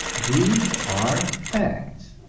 dreams are facts,